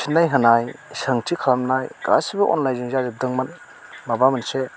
फिन्नाय होनाय सोंथि खालामनाय गासैबो अनलाइनजों जाजोबदोंमोन माबा मोनसे